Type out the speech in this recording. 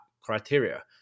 criteria